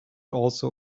also